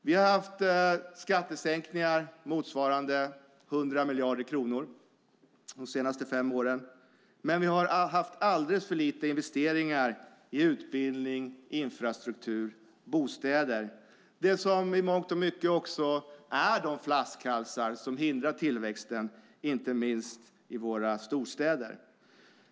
Vi har haft skattesänkningar motsvarande 100 miljarder kronor de senaste fem åren, men vi har haft alldeles för lite investeringar i utbildning, infrastruktur och bostäder. Detta är i mångt och mycket de flaskhalsar som hindrar tillväxten, inte minst i våra storstäder.